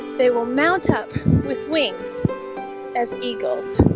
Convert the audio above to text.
they will mount up with wings as eagles